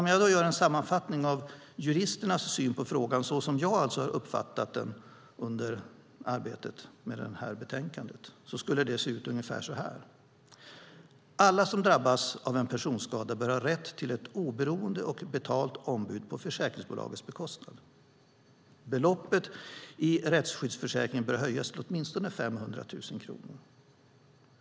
Om jag gör en sammanfattning av juristernas syn på frågan, så som jag har uppfattat den under arbetet med detta betänkande, skulle den se ut så här: Alla som drabbas av en personskada bör ha rätt till ett oberoende och betalt ombud på försäkringsbolagets bekostnad. Beloppet i rättsskyddsförsäkringen bör höjas till åtminstone 500 000 kronor.